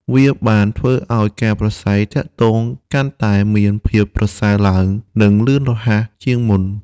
វាបានធ្វើឲ្យការប្រាស្រ័យទាក់ទងកាន់តែមានភាពប្រសើរឡើង និងលឿនរហ័សជាងមុន។